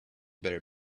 better